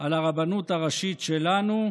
על הרבנות הראשית שלנו,